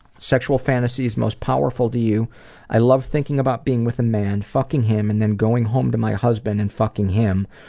sexual fantasies most powerful to you i love thinking about being with a man, fucking him, and then going home to my husband and fucking him,